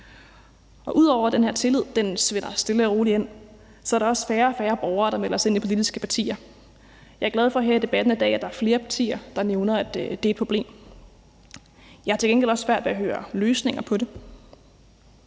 Ud over at tilliden stille og roligt svinder ind, er der også færre og færre borgere, der melder sig ind i politiske partier. Jeg er glad for, at der her i debatten i dag er flere partier, der nævner, at det er et problem. Jeg har til gengæld svært ved at høre løsninger på det.